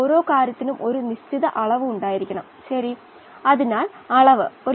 ഈ അവസ്ഥയാണ് സന്തുലിതാവസ്ഥ എന്ന് നാം വിളിക്കുന്നത്